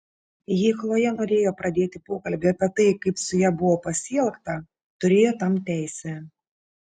jei chlojė norėjo pradėti pokalbį apie tai kaip su ja buvo pasielgta turėjo tam teisę